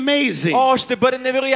amazing